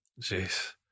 Jeez